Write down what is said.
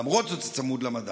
למרות זאת זה צמוד למדד.